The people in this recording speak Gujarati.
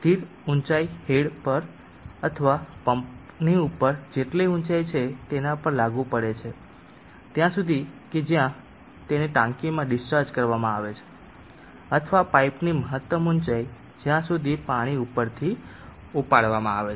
સ્થિર ઊચાઇ હેડ પર અથવા પંપની ઉપર જેટલી ઊચાઈ છે તેના પર લાગુ પડે છે જે છે ત્યાં સુધી કે જ્યાં તેને ટાંકીમાં ડીસ્ચાર્જ કરવામાં આવે છે અથવા પાઇપની મહત્તમ ઊચાઇ જ્યાં સુધી પાણી ઉપરથી ઉપાડવામાં આવે છે